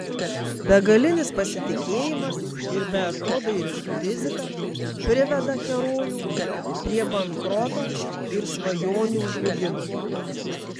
begalinis pasitikėjimas ir beatodairiška rizika priveda herojų prie bankroto ir svajonių žlugimo